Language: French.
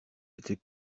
était